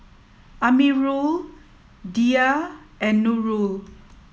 Amirul Dhia and Nurul